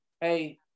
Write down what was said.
hey